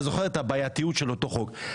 אתה זוכר את הבעייתיות של אותו חוק.